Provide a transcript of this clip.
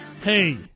Hey